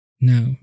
now